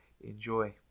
Enjoy